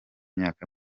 myaka